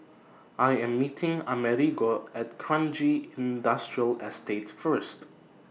I Am meeting Amerigo At Kranji Industrial Estate First